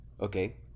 okay